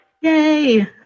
Yay